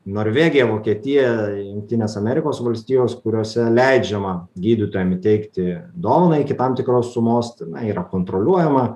norvegija vokietija jungtinės amerikos valstijos kuriose leidžiama gydytojam įteikti dovaną iki tam tikros sumos tenai yra kontroliuojama